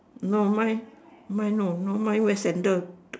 no mine mine no no mine wear sandal